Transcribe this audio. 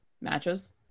Matches